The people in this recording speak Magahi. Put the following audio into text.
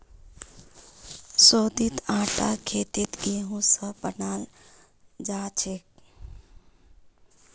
शोधित आटा खेतत गेहूं स बनाल जाछेक